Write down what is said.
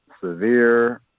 severe